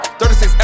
36